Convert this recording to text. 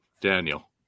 Daniel